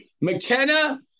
McKenna